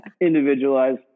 Individualized